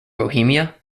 bohemia